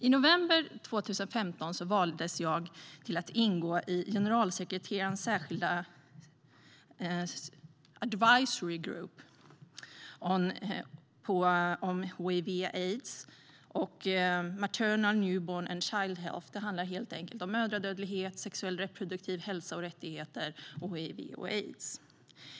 I november 2015 valdes jag att ingå i generalsekreterarens särskilda Advisory Group on HIV/AIDS and Maternal, Newborn and Child Health. Det handlar om arbete gällande mödradödlighet, sexuell och reproduktiv hälsa och rättigheter samt hiv och aids.